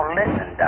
listen